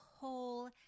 whole